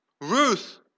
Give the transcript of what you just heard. Ruth